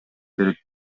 керек